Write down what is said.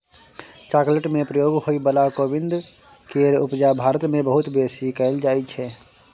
chocolate में प्रयोग होइ बला कोविंद केर उपजा भारत मे बहुत बेसी कएल जाइ छै